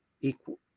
equal